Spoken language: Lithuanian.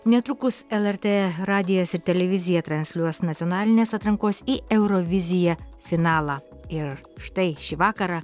netrukus lrt radijas ir televizija transliuos nacionalinės atrankos į euroviziją finalą ir štai šį vakarą